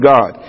God